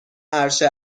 عرشه